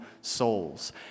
souls